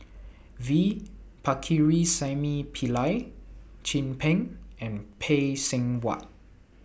V Pakirisamy Pillai Chin Peng and Phay Seng Whatt